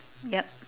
yup